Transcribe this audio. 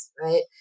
right